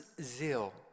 zeal